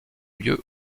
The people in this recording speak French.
lieu